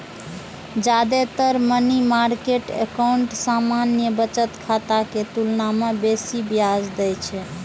जादेतर money market account सामान्य बचत खाता के तुलना मे बेसी ब्याज दै छै